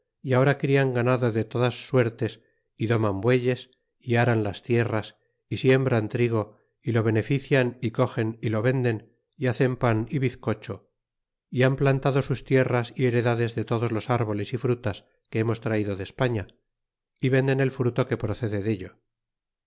y ahora crian ganado de todas suertes y doman bueyes y aran las tierras y siembran trigo y lo benefician y cogen y lo venden y hacen pan y bizcocho y han plantado sus tierras y heredades de todos los árboles y frutas que hemos traido de españa y venden el fruto que procede dello